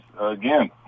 again